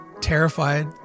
terrified